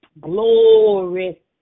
Glory